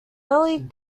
early